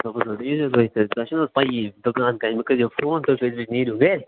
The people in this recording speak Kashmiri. صُبحَس حظ ییٖزیٚو تُہۍ تیٚلہِ تۄہہِ چھَو نہَ حظ پَیی دُکان کَتہِ مےٚ کٔرۍزیٚو فون تُہۍ ییٚمہِ گڈِ نیٖرِو گَرِ